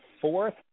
fourth